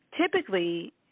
typically